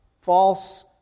false